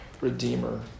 Redeemer